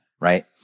right